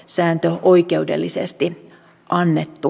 sääntö oikeudellisesti annettu